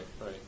right